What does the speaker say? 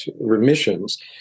remissions